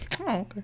okay